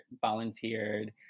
volunteered